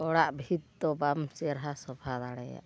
ᱚᱲᱟᱜ ᱵᱷᱤᱛ ᱫᱚ ᱵᱟᱢ ᱪᱮᱨᱦᱟ ᱥᱚᱵᱷᱟ ᱫᱟᱲᱮᱭᱟᱜᱼᱟ